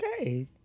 okay